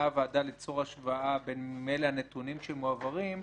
הוועדה ליצור השוואה בין הנתונים שמועברים,